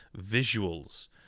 visuals